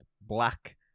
Black